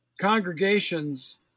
congregations